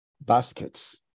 baskets